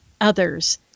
others